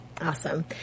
Awesome